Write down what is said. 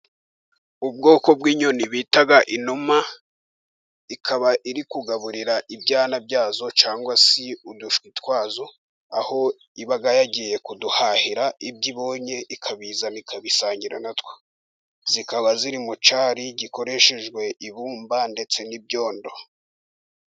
Ubwoko bw'inyoni bita inuma, ikaba iri kugaburira ibyana byazo cyangwa se udushwi twazo, aho iba yagiye kuduhahira ibyo ibonye ikabizana ikabisangira na yo. Zikaba ziri mu cyari gikoreshejwe ibumba ndetse n'ibyondo.